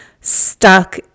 stuck